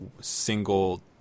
single